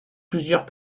plusieurs